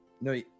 No